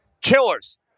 Killers